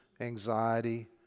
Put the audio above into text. anxiety